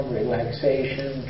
relaxation